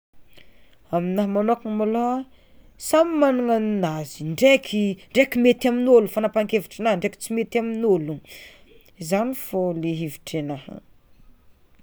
Aminaha magnokana malôha samy magnana ninazy, ndraiky ndraiky mety amin'olo fanapaha-kevitrina ndraiky tsy mety amin'olo zany fô le hevitrianaha.